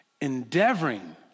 Endeavoring